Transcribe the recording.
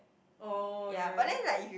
oh ya